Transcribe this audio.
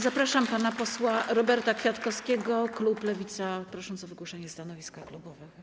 Zapraszam pana posła Roberta Kwiatkowskiego, klub Lewica, prosząc o wygłoszenie stanowiska klubowego.